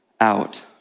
out